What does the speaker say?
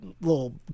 little